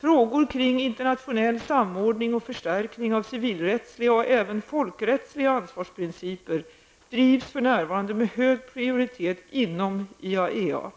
Frågor kring internationell samordning och förstärkning av civilrättsliga och även folkrättsliga ansvarsprinciper drivs för närvarande med hög prioritet inom IAEA.